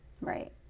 Right